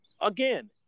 again